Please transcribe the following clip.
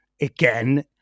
again